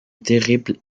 terrible